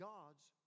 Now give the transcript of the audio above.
God's